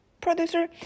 producer